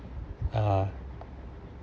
uh